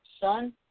son